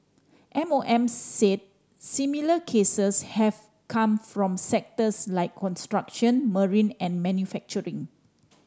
M O M said similar cases have come from sectors like construction marine and manufacturing